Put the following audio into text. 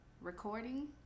recording